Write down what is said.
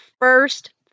first